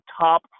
top